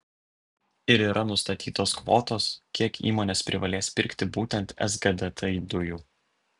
ir yra nustatytos kvotos kiek įmonės privalės pirkti būtent sgdt dujų